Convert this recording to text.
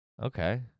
Okay